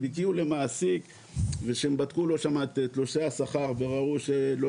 הם הגיעו למעסיק ובדקו את תלושי השכר וראו שלא